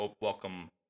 welcome